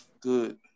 Good